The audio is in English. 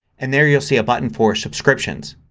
and there you'll see a button for subscriptions.